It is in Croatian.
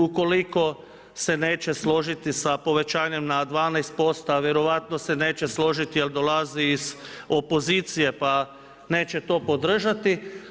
Ukoliko se neće složiti sa povećanjem na 12% a vjerojatno se neće složiti jer dolazi iz opozicije, pa neće to podržati.